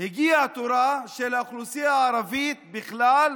הגיע תורה של האוכלוסייה הערבית בכלל,